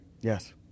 Yes